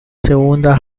segunda